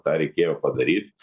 tą reikėjo padaryt